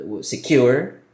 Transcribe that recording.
secure